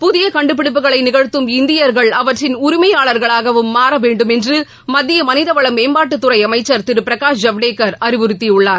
புதிய கண்டுபிடிப்புகளை நிகழ்த்தும் இந்தியர்கள் அவற்றின் உரிமையாளர்களாகவும் மாற வேண்டுமென்று மத்திய மனிதவள மேம்பாட்டுத்துறை அமைச்ச் திரு பிரகாஷ் ஜவடேக்கா் அறிவுறுத்தியுள்ளார்